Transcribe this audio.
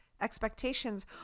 expectations